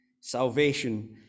salvation